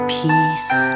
peace